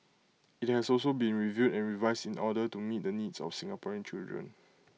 IT has also been reviewed and revised in order to meet the needs of Singaporean children